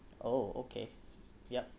oh okay yup